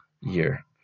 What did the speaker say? year